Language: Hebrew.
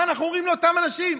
מה אנחנו אומרים לאותם אנשים?